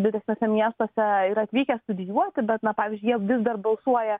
didesniuose miestuose yra atvykę studijuoti bet na pavyzdžiui jie vis dar balsuoja